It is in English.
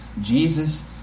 Jesus